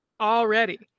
already